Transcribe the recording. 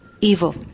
evil